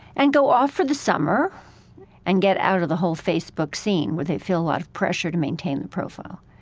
and go off for the summer and get out of the whole facebook scene, where they feel a lot of pressure to maintain the profile.